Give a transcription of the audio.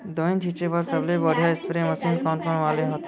दवई छिंचे बर सबले बढ़िया स्प्रे मशीन कोन वाले होथे?